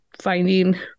finding